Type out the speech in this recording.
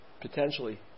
potentially